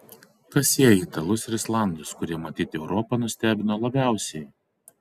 kas sieja italus ir islandus kurie matyt europą nustebino labiausiai